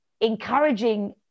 encouraging